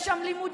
יש שם לימודים,